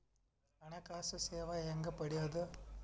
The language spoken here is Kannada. ಹಣಕಾಸು ಸೇವಾ ಹೆಂಗ ಪಡಿಯೊದ?